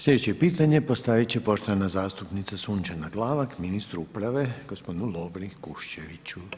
Sljedeće pitanje postaviti će poštovana zastupnica Sunčana Glavak, ministru uprave, gospodinu Lovri Kuščeviću, izvolite.